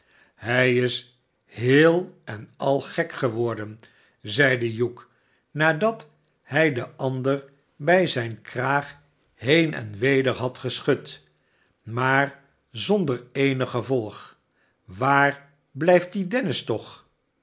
hij is heel en al gek geworden zeide hugh nadat hij den ander bij zijne kraag heen en weder had geschud maar zonder eenig gevolg waar blijft die dennis toch